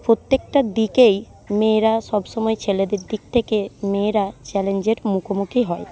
প্রত্যেকটা দিকেই মেয়েরা সবসময়েই ছেলেদের দিক থেকে মেয়েরা চ্যালেঞ্জের মুখোমুখি হয়